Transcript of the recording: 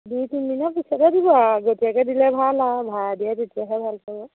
দুই তিনিদিনৰ পিছতে দিব আৰু আগতীয়াকৈ দিলে ভাল আৰু ভাড়াতীয়াই তেতিয়াহে ভাল পাব